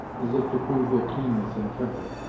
as if to prove their keenness and temper.